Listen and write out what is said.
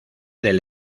del